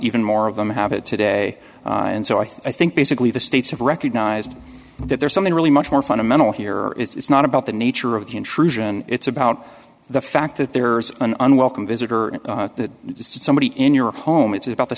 even more of them have it today and so i think basically the states have recognized that there's something really much more fundamental here it's not about the nature of the intrusion it's about the fact that there's an unwelcome visitor that somebody in your home it's about the